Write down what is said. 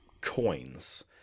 coins